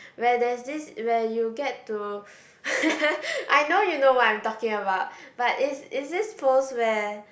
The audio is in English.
where there's this where you get to I know you know what I'm talking about but is is this post where